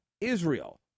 Israel